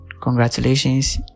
Congratulations